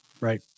right